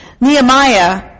Nehemiah